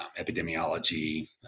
epidemiology